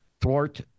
thwart